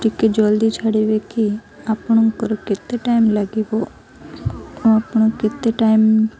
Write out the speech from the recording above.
ଟିକେ ଜଲ୍ଦି ଛାଡ଼ିବେ କି ଆପଣଙ୍କର କେତେ ଟାଇମ୍ ଲାଗିବ ଆଉ ଆପଣ କେତେ ଟାଇମ୍